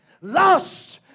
lust